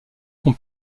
qu’on